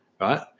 Right